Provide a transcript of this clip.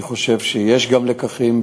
אני חושב שיש גם לקחים,